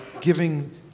giving